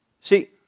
See